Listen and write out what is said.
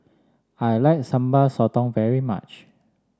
I like Sambal Sotong very much